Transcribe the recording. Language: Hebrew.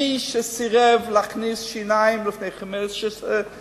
מי שסירב להכניס טיפולי שיניים לפני 15 שנה,